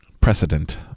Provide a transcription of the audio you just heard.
Precedent